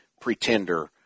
pretender